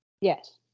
Yes